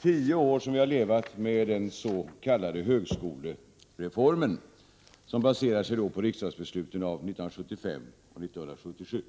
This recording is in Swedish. tio år levat med den s.k. högskolereformen, som alltså baserar sig på riksdagsbesluten 1975 och 1977.